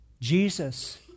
Jesus